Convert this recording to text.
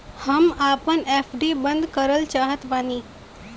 हम आपन एफ.डी बंद करल चाहत बानी